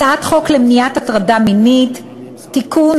הצעת חוק למניעת הטרדה מינית (תיקון,